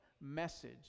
message